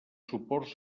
suports